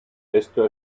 esto